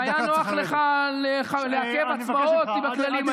כשהיה נוח לך לעכב הצבעות עם הכללים האלה,